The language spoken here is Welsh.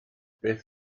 beth